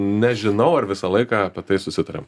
nežinau ar visą laiką apie tai susitariam